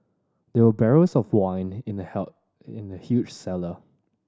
there were barrels of wine in the in the huge cellar